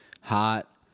hot